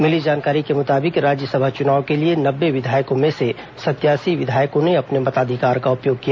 मिली जानकारी के मुताबिक राज्यसभा चुनाव के लिए नब्बे विधायकों में से सतासी विधायकों ने अपने मताधिकार का उपयोग किया